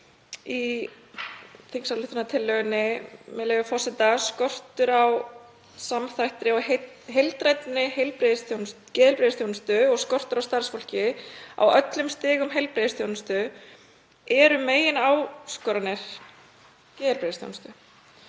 í þingsályktunartillögunni, með leyfi forseta: „Skortur á samþættri og heildrænni geðheilbrigðisþjónustu og skortur á starfsfólki á öllum stigum heilbrigðisþjónustu eru megináskoranir í geðheilbrigðisþjónustu.“